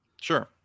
sure